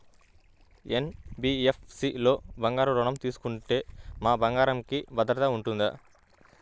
NBFC లలో బంగారు ఋణం తీసుకుంటే మా బంగారంకి భద్రత ఉంటుందా?